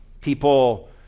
People